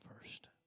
first